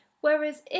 whereas